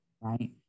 right